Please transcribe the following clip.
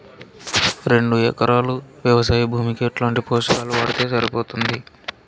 రెండు ఎకరాలు వ్వవసాయ భూమికి ఎట్లాంటి పోషకాలు వాడితే సరిపోతుంది?